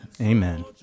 Amen